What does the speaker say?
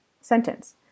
sentence